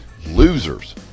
losers